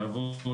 אבות,